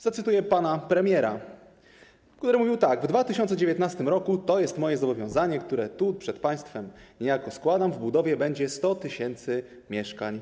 Zacytuję pana premiera, który mówił tak: W 2019 r. - to jest moje zobowiązanie, które tu przed państwem niejako składam - w budowie będzie 100 tys. mieszkań.